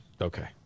Okay